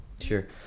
Sure